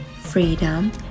freedom